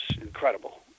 incredible